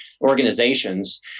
organizations